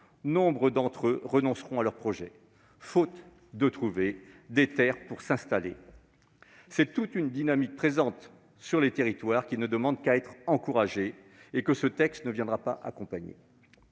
nombre d'entre eux renonceront à leur projet faute de trouver des terres pour s'installer. C'est toute une dynamique présente sur les territoires qui ne demande qu'à être encouragée, et que ce texte ne viendra pas accompagner.